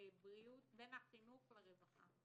החינוך לרווחה.